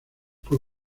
fue